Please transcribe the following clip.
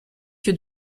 que